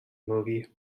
movie